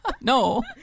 No